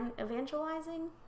evangelizing